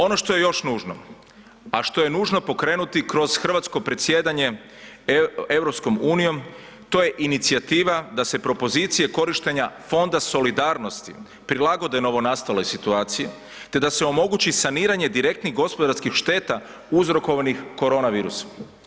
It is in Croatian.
Ono što je još nužno, a što je nužno pokrenuti kroz hrvatsko predsjedanje EU to je inicijativa da se propozicije korištenja Fonda solidarnosti prilagode novonastaloj situaciji, te da se omogući saniranje direktnih gospodarskih šteta uzrokovanih koronavirusom.